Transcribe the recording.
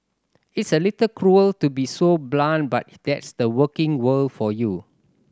it's a little cruel to be so blunt but that's the working world for you